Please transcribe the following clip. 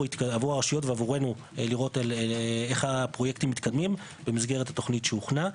הרשויות ועבורנו לראות איך הפרויקטים מתקדמים במסגרת התוכנית שהוכנה.